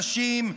נשים,